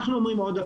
אני אומר עוד פעם,